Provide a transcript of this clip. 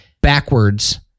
backwards